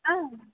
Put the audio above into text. ஆ